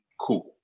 cool